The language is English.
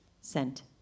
Sent